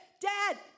Dad